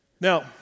Now